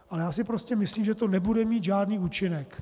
Ale já si prostě myslím, že to nebude mít žádný účinek.